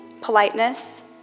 politeness